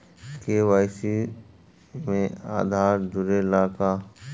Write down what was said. KYC में आधार जुड़े ला का?